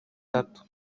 tatu